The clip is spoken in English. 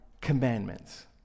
commandments